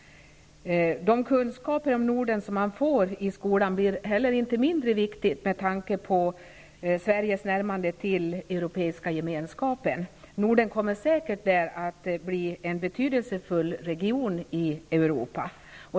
De kunskaper om Norden som elever kan få i skolan blir inte heller mindre viktiga med tanke på Norden kommer säkert att där bli en betydelsefull region i Europa.